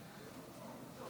חמש